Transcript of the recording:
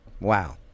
Wow